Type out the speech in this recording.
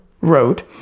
wrote